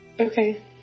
Okay